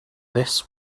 this